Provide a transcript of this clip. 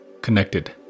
connected